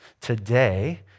today